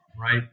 right